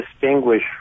distinguish